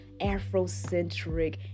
Afrocentric